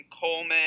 Coleman